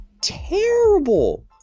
terrible